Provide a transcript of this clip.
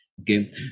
Okay